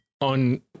on